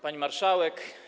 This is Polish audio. Pani Marszałek!